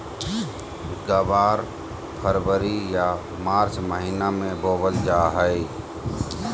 ग्वार फरवरी या मार्च महीना मे बोवल जा हय